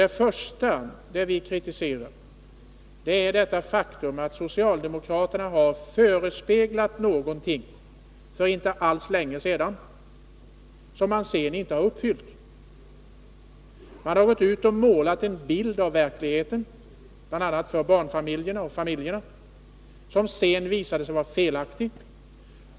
Det första vi kritiserar är det faktum att socialdemokraterna har förespeglat familjerna förbättringar som sedan inte har genomförts. De har målat en bild av verkligheten för bl.a. familjerna som sedan visat sig felaktig.